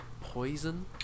poison